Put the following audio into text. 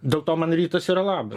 dėl to man rytas yra labas